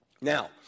Now